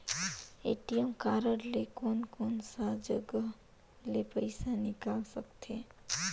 ATM card ले कोन कोन सा जगह ले पइसा निकाल सकथे?